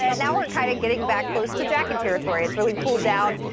and now we're kind of getting back close to jack and territory. it's really cool down.